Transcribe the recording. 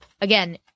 again